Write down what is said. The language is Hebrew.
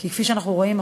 כי כפי שאנחנו רואים,